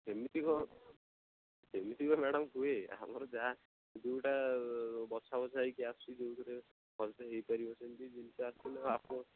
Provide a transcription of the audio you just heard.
ଏମିତି କ'ଣ ଏମିତି କ'ଣ ମାଡ଼ାମ୍ ହୁଏ ଆମର ଯାହା ଯେଉଁଟା ବଛା ବଛା ହୋଇକି ଆସୁଛି ଯେଉଁଥିରେ ଭଲସେ ହୋଇପାରିବ ସେମିତି ଜିନଷ ଆସୁଛି ନା ଆପଣ